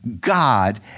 God